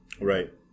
right